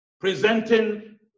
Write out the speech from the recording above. presenting